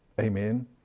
Amen